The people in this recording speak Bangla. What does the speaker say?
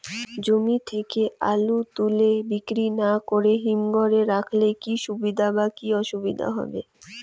জমি থেকে আলু তুলে বিক্রি না করে হিমঘরে রাখলে কী সুবিধা বা কী অসুবিধা হবে?